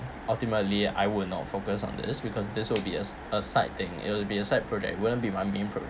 ultimately I will not focus on this because this will be a a side thing it'll be a side project wouldn't be main project